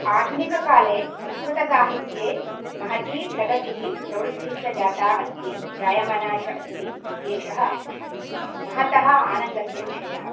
आधुनिककाले संस्कृतसाहित्ये महती प्रगतिः प्रवृद्धिश्च जाता अस्ति जायमाना च अस्ति इत्येषः महतः आनन्दस्य विषयः